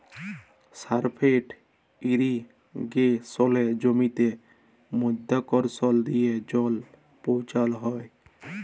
surface ইরিগেসলে জমিতে মধ্যাকরসল দিয়ে জল পৌঁছাল হ্যয়